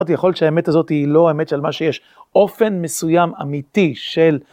יכול להיות שהאמת הזאת היא לא האמת של מה שיש. אופן מסוים אמיתי של...